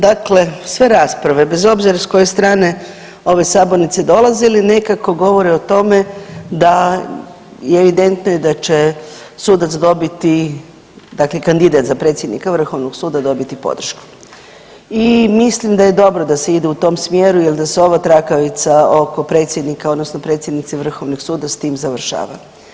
Dakle, sve rasprave, bez obzira s koje strane ove sabornice dolazili, nekako govore o tome da je evidentno i da će sudac dobiti dakle, kandidat za predsjednika VSRH-a dobiti podršku i mislim da je dobro da se ide u tom smjeru jer da se ova trakavica oko predsjednika odnosno predsjednice VSRH-a s tim završava.